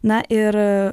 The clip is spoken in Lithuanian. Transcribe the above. na ir